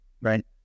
right